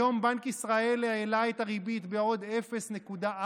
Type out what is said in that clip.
היום בנק ישראל האלה את הריבית בעוד 0.4%,